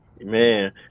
man